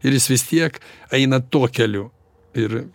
ir jis vis tiek eina tuo keliu ir